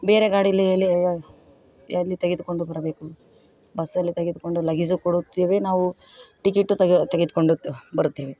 ಬೇರೆ ಗಾಡೀಲಿ ಎಲ್ಲಿ ಎಲ್ಲಿ ತೆಗೆದುಕೊಂಡು ಬರಬೇಕು ಬಸ್ಸಲ್ಲಿ ತೆಗೆದುಕೊಂಡು ಲಗೇಜು ಕೊಡುತ್ತೇವೆ ನಾವು ಟಿಕೇಟು ತೆಗೆದ್ಕೊಂಡು ಬರುತ್ತೇವೆ